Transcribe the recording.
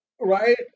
right